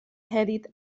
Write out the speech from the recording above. headed